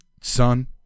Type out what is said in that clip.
son